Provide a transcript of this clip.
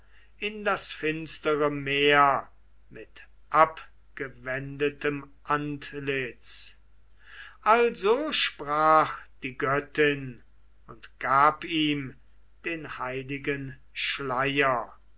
in das finstere meer mit abgewendetem antlitz also sprach die göttin und gab ihm den heiligen schleier